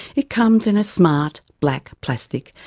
it comes in smart black plastic,